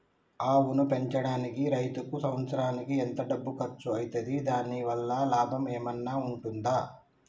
ఆవును పెంచడానికి రైతుకు సంవత్సరానికి ఎంత డబ్బు ఖర్చు అయితది? దాని వల్ల లాభం ఏమన్నా ఉంటుందా?